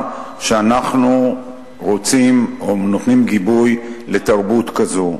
שאנחנו רוצים או נותנים גיבוי לתרבות כזאת.